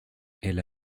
elle